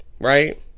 right